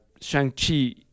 Shang-Chi